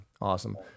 Awesome